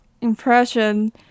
impression